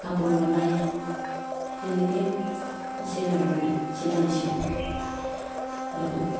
কাপোৰ বনাই সেনেকৈ আছিলোঁ আৰু বনাই চিলাই দিছিলোঁ আৰু